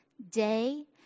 Day